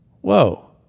whoa